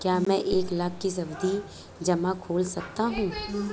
क्या मैं एक लाख का सावधि जमा खोल सकता हूँ?